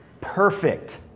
perfect